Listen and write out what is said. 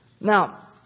Now